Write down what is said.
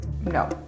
No